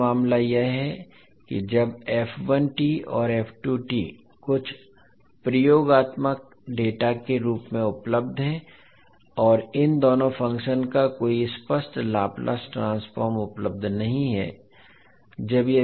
एक अन्य मामला यह है कि जब और कुछ प्रयोगात्मक डेटा के रूप में उपलब्ध हैं और इन दोनों फंक्शन का कोई स्पष्ट लाप्लास ट्रांसफॉर्म उपलब्ध नहीं है